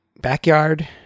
Backyard